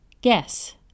Guess